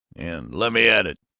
and let me at it!